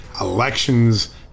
elections